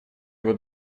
его